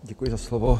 Děkuji za slovo.